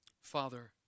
Father